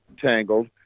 Tangled